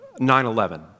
9-11